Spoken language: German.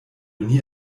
nie